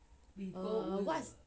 err what's